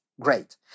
Great